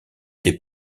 des